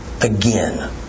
Again